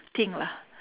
thing lah